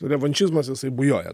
revanšizmas jisai bujoja